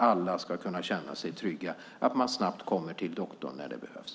Alla ska kunna känna sig trygga med att man snabbt kommer till doktorn när det behövs.